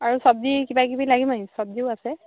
আৰু চব্জি কিবাকিবি লাগিব নেকি চব্জিও আছে